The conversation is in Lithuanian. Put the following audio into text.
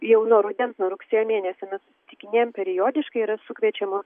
jau nuo rudens rugsėjo mėnesio mes tikinėjam periodiškai yra sukrečiama